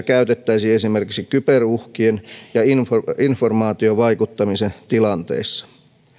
käytettäisiin esimerkiksi kyberuhkien ja informaatiovaikuttamisen tilanteissa